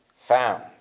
found